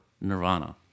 Nirvana